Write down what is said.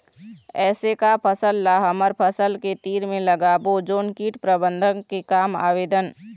ऐसे का फसल ला हमर फसल के तीर मे लगाबो जोन कीट प्रबंधन के काम आवेदन?